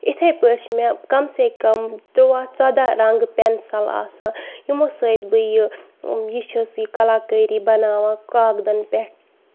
یِتھٕے پٲٹھۍ چھِ مےٚ کَم سے کَم ترُٛواہ ژۄداہ رنگہٕ پینسل آسان یِمو سۭتۍ بہٕ یہِ یہِ چھَس یہِ کَلاکٲری بَناوان کاغدن پٮ۪ٹھ